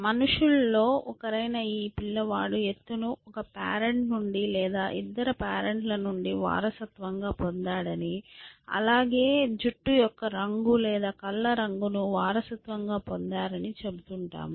మనుషులలో ఒకరైన ఈ పిల్లవాడు ఎత్తును ఒక పేరెంట్ నుండి లేదా ఇద్దరి పేరెంట్ ల నుండి వారసత్వంగా పొందాడని అలాగే జుట్టు యొక్క రంగు లేదా కళ్ళ రంగును వారసత్వంగా పొందారని చెబుతుంటాము